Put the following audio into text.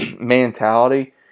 mentality